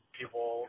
people